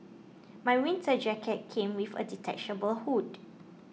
my winter jacket came with a detachable hood